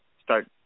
start